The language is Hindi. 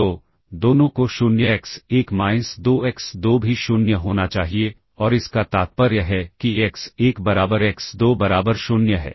तो दोनों को 0 एक्स 1 माइनस 2 एक्स 2 भी 0 होना चाहिए और इसका तात्पर्य है कि एक्स 1 बराबर एक्स 2 बराबर 0 है